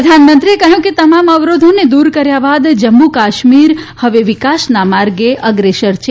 પ્રધાનમંત્રીએ કહ્યું કે તમામ અવરોધોને દૂર કર્યા બાદ જમ્મુ કાશ્મીર હવે વિકાસના માર્ગે અગ્રેસર છે